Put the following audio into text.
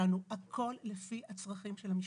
אפשר לבדוק אותנו, הכול לפי הצרכים של המשפחה.